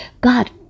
God